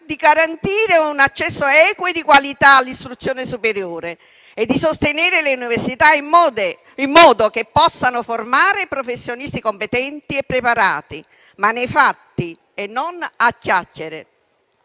di garantire un accesso equo e di qualità all'istruzione superiore e di sostenere le università in modo che possano formare professionisti competenti e preparati, ma nei fatti e non a chiacchiere.